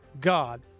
God